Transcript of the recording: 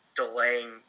delaying